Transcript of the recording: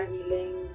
Healing